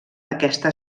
aquesta